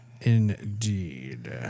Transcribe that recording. Indeed